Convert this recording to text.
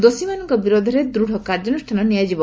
ଦୋଷୀମାନଙ୍କ ବିରୋଧରେ ଦୃଢ଼ କାର୍ଯ୍ୟାନୁଷ୍ଠାନ ନିଆଯିବ